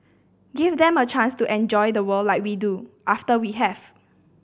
give them a chance to enjoy the world like we do after we have